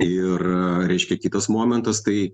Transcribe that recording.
ir reiškia kitas momentas tai